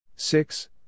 Six